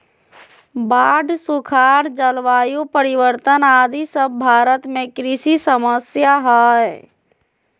बाढ़, सुखाड़, जलवायु परिवर्तन आदि सब भारत में कृषि समस्या हय